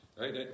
right